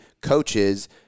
coaches